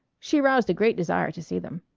she aroused a great desire to see them.